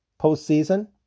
postseason